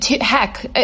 heck